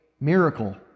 miracle